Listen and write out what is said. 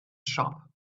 shop